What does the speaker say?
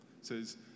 says